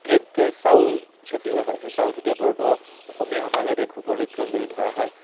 এক চাউল ছটিওৱা হয় সেই চাউল ছটিওৱা পৰ্ব অসমীয়া সমাজত এক শুভ লক্ষ্যণ বুলি ধৰা হয়